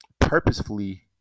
purposefully